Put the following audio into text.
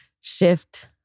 shift